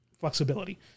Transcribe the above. Flexibility